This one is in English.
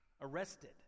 Arrested